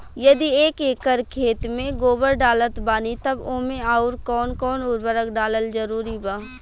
यदि एक एकर खेत मे गोबर डालत बानी तब ओमे आउर् कौन कौन उर्वरक डालल जरूरी बा?